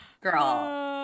girl